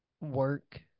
work